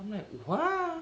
I'm like !wah!